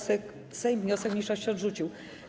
Sejm wniosek mniejszości odrzucił.